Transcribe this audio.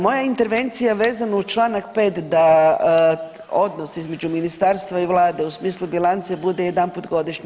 Moja intervencija vezano uz čl. 5 da odnosi između Ministarstva i Vlade u smislu bilance bude jedanput godišnje.